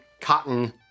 cotton